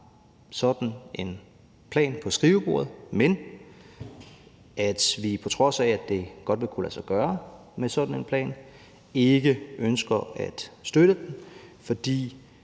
sådan en plan på skrivebordet, men at vi, på trods af at sådan en plan godt kunne lade sig gøre, ikke ønsker at støtte den, fordi